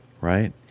right